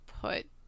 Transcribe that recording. put